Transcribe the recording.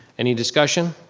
any discussion?